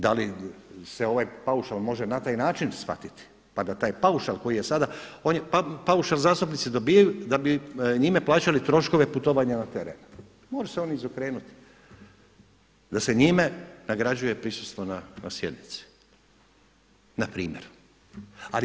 Da li se ovaj paušal može na taj način shvatiti pa da taj paušal koji je sada, paušal zastupnici dobivaju da bi njime plaćali troškove putovanja na teren, može se on izokrenuti, da se njime nagrađuje prisustvo na sjednici na primjer.